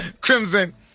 Crimson